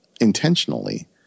intentionally